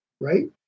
right